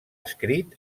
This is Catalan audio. escrit